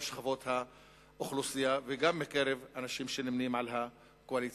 שכבות האוכלוסייה וגם מקרב אנשים שנמנים עם הקואליציה.